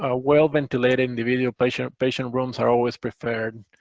ah well-ventilated individual patient patient rooms are always preferred.